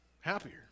happier